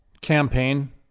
campaign